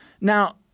Now